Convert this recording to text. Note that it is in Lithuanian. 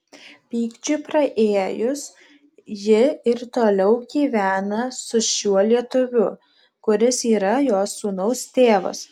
pykčiui praėjus ji ir toliau gyvena su šiuo lietuviu kuris yra jos sūnaus tėvas